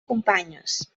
companyes